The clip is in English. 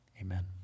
Amen